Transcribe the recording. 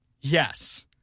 Yes